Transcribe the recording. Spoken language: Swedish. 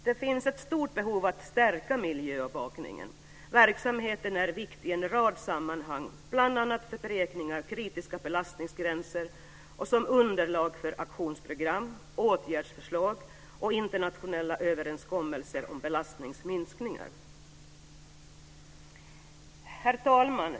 Det finns ett stort behov av att stärka miljöövervakningen. Verksamheten är viktig i en rad sammanhang, bl.a. för beräkning av kritiska belastningsgränser och som underlag för aktionsprogram, åtgärdsförslag och internationella överenskommelser om belastningsminskningar. Herr talman!